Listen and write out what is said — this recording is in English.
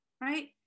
Right